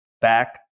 back